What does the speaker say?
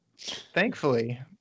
Thankfully